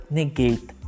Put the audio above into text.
negate